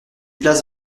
places